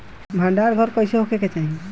भंडार घर कईसे होखे के चाही?